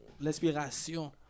L'inspiration